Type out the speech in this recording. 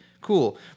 Cool